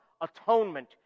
atonement